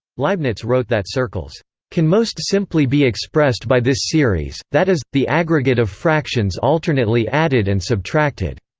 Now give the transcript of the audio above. leibniz wrote that circles can most simply be expressed by this series, that is, the aggregate of fractions alternately added and subtracted.